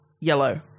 yellow